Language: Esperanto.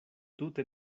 tute